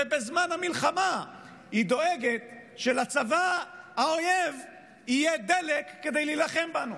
ובזמן המלחמה היא דואגת שלצבא האויב יהיה דלק כדי להילחם בנו.